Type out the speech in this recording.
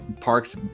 parked